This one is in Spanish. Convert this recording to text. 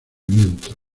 viento